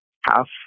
half